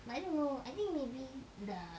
but I don't know I think maybe the